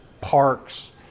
parks